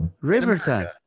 Riverside